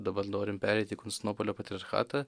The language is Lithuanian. dabar norim pereiti į konstantinopolio patriarchatą